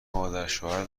مادرشوهر